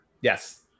Yes